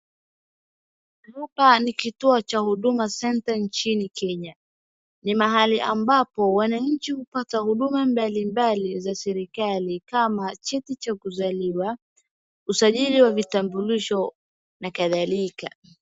Hapa ni kituo cha Huduma Center nchini Kenya. Ni mahali ambapo wananchi hupata huduma mbalimbali za serikali kama cheti cha kuzaliwa, usajili wa vitambulisho na kadhalika.